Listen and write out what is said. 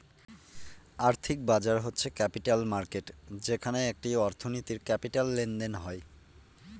আর্থিক বাজার হচ্ছে ক্যাপিটাল মার্কেট যেখানে একটি অর্থনীতির ক্যাপিটাল লেনদেন হয়